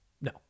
no